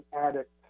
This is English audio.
addict